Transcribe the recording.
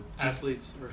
athletes